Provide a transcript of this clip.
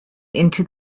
into